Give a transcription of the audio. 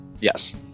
Yes